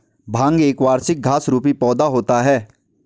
भांग एक वार्षिक घास रुपी पौधा होता है